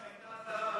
בלב ים שהייתה אזהרה,